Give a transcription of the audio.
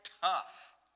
tough